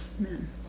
Amen